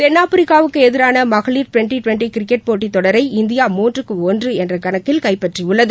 தென்னாப்பிரிக்காவுக்கு எதிரான மகளிர் டுவென்டி டுவென்டி கிரிக்கெட் போட்டி தொடரை இந்தியா மூன்றுக்கு ஒன்று என்ற கணக்கில் கைப்பற்றியுள்ளது